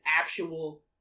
actual